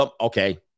Okay